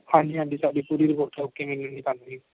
ਹਾਂਜੀ ਹਾਂਜੀ ਸਾਡੀ ਪੂਰੀ ਰਿਪੋਰਟਾਂ ਓਕੇ ਮਿਲਣਗੀਆਂ ਤੁਹਾਨੂੰ ਜੀ